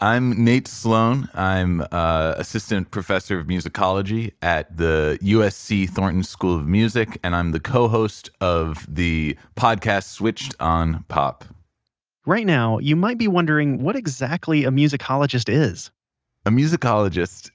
i'm nate sloan. i'm an ah assistant professor of musicology at the usc thornton school of music, and i'm the cohost of the podcast, switched on pop right now, you might be wondering what exactly a musicologist is a musicologist